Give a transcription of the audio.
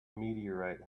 meteorite